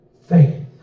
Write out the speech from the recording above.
faith